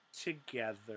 together